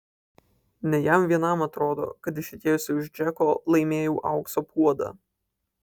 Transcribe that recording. ne jam vienam atrodo kad ištekėjusi už džeko laimėjau aukso puodą